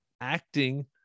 acting